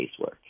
casework